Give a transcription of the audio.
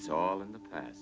it's all in the past